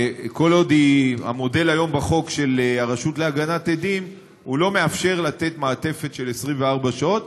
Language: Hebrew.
היום המודל בחוק של הרשות להגנת עדים לא מאפשר לתת מעטפת של 24 שעות.